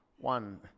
One